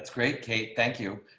great, kate. thank you.